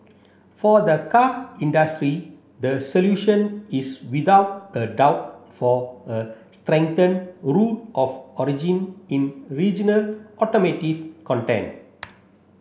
for the car industry the solution is without a doubt for a strengthened rule of origin in regional automotive content